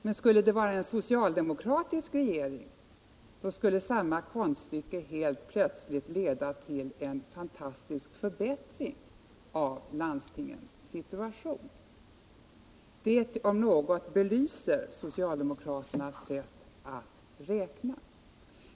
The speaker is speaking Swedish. Men skulle det vara en socialdemokratisk regering, då skulle samma konststycke helt plötsligt leda till en fantastisk förbättring av landstingens situation. Det om något bevisar socialdemokraternas sätt att räkna.